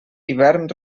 hivern